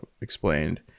explained